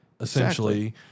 Essentially